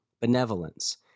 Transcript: benevolence